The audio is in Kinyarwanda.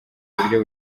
uburyo